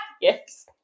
Yes